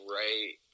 right